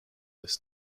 this